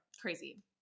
Crazy